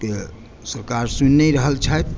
केँ सरकार सुनि नहि रहल छथि